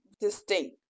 distinct